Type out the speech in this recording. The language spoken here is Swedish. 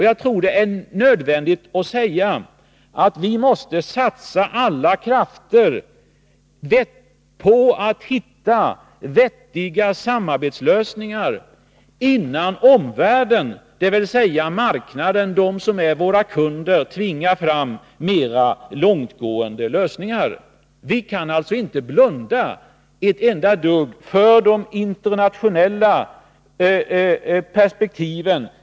Jag anser att det är nödvändigt att vi satsar alla krafter på att hitta vettiga samarbetslösningar innan omvärlden, dvs. marknaden, de som är våra kunder, tvingar fram mer långtgående lösningar. Vi kan alltså inte ett enda dugg blunda för de internationella perspektiven.